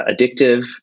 addictive